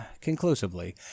conclusively